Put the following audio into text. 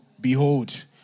behold